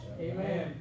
Amen